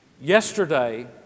yesterday